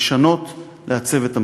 לשנות, לעצב את המציאות.